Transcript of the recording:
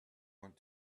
want